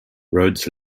roads